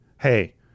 hey